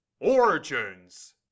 Origins